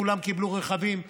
כולם קיבלו רכבים.